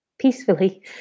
peacefully